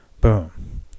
Boom